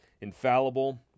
infallible